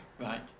Right